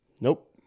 Nope